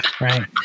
right